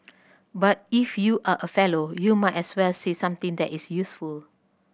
but if you are a Fellow you might as well say something that is useful